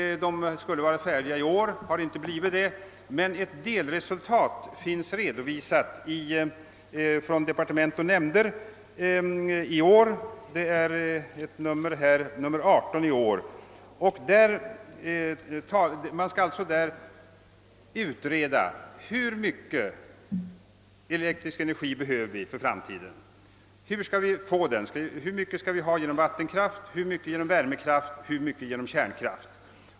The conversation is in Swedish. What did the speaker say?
Den skulle vara färdig i år men har inte blivit det. Ett delresultat finns emellertid redovisat i »Från departement och nämnder» nr 18 i år. Man skall utreda hur mycket elektrisk energi vi behöver för framtiden, hur vi skall få den, hur mycket vi skall få genom vattenkraft, hur mycket genom värmekraft och hur mycket genom kärnkraft.